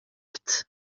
ort